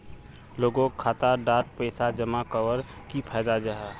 लोगोक खाता डात पैसा जमा कवर की फायदा जाहा?